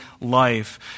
life